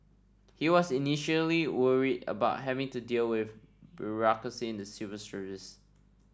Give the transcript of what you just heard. he was initially worried about having to deal with bureaucracy in the civil service